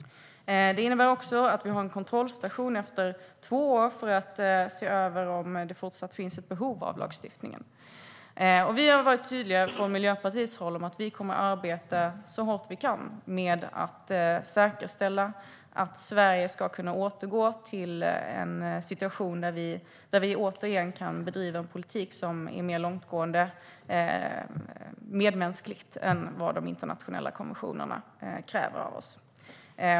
Det innebär också att vi har en kontrollstation efter två år för att se över om det fortsatt finns ett behov av lagstiftningen. Vi från Miljöpartiet har varit tydliga med att vi kommer att arbeta så hårt vi kan med att säkerställa att Sverige ska kunna återgå till en situation där vi återigen kan bedriva en politik som är mer långtgående medmänskligt än vad de internationella konventionerna kräver av oss.